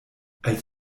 als